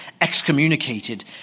excommunicated